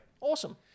Awesome